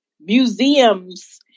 museums